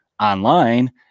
online